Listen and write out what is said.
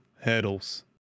hurdles